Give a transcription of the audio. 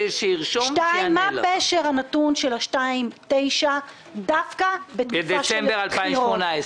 שנית מה פשר הנתון של ה-2.9% דווקא בתקופה של בחירות.